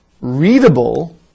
readable